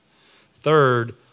Third